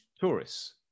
tourists